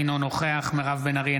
אינו נוכח מירב בן ארי,